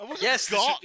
Yes